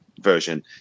version